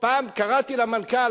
פעם קראתי למנכ"ל,